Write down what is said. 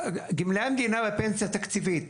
גמלאי המדינה בפנסיה תקציבית